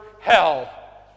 hell